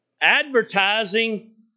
advertising